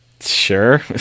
Sure